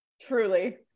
Truly